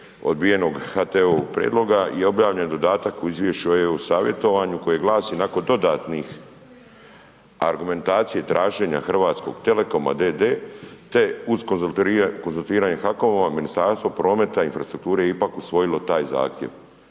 odbijenog HT-ovog prijedloga je objavljen dodatak u izvješću u e-Savjetovanju koje glasi: „Nakon dodatnih argumentacija traženja HT-a d.d. te uz konzultiranje HAKOM-a, Ministarstvo prometa i infrastrukture ipak usvojilo taj zahtjev“.